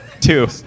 Two